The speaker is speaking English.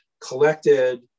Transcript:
collected